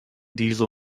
diesel